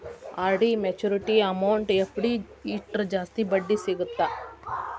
RD maturity amount FD ಇಟ್ರ ಜಾಸ್ತಿ ಬಡ್ಡಿ ಸಿಗತ್ತಾ